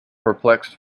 perplexed